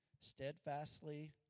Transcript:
steadfastly